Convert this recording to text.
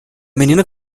menino